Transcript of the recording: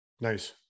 Nice